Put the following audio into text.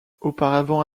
auparavant